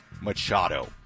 Machado